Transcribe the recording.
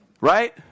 right